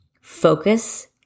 focus